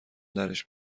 درش